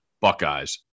Buckeyes